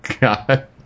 God